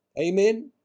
Amen